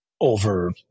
over